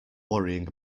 worrying